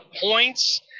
points